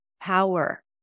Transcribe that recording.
power